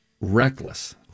reckless